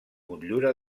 motllura